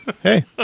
hey